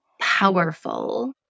powerful